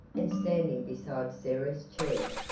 and standing beside sarah's chair.